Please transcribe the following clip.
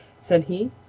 said he.